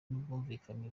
n’ubwumvikane